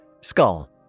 skull